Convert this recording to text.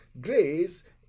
grace